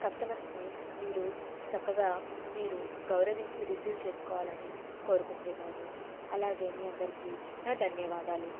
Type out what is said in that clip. కస్టమర్స్ని మీరు చక్కగా మీరు గౌరవించి రిసీవ్ చేసుకోవాలని కోరుకుంటున్నాను అలాగే మీ అందరికీ నా ధన్యవాదాలు